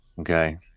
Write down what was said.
okay